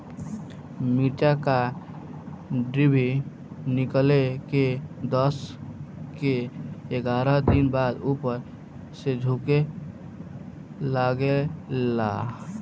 मिरचा क डिभी निकलले के दस से एग्यारह दिन बाद उपर से झुके लागेला?